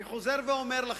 אני חוזר ואומר לכם,